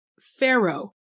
Pharaoh